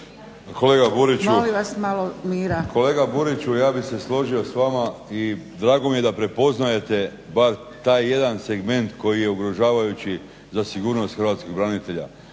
Kolega Buriću ja bih se složio s vama i drago mi je da prepoznajete bar taj jedan segment koji je ugrožavajući za sigurnost hrvatskih branitelja.